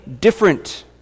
different